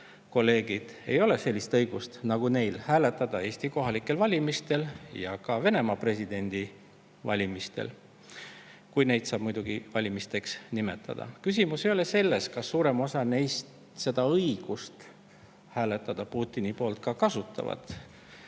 kolleegid, ei ole sellist õigust nagu neil: hääletada Eesti kohalikel valimistel ja ka Venemaa presidendi valimistel, kui neid saab muidugi valimisteks nimetada. Küsimus ei ole selles, kas suurem osa neist seda õigust Putini poolt hääletada